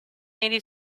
eighty